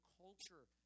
culture